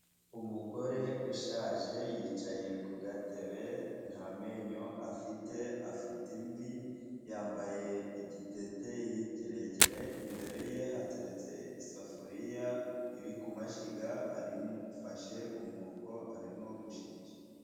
Umugore ushaje yicaye ku gatebe nta menyo afite, afite imvi, yambaye igitenge kirekire, imbere ye hateretse isafuriya iri ku mashyiga, afashe umwuko arimo gushigisha.